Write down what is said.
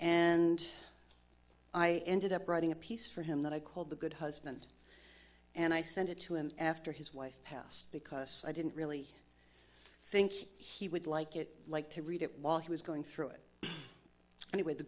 and i ended up writing a piece for him that i called the good husband and i sent it to him after his wife passed because i didn't really think he would like it like to read it while he was going through it an